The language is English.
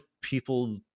people